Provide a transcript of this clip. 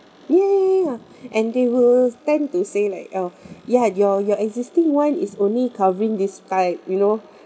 ya ya ya ya and they will tend to say like oh ya your your existing one is only covering this type you know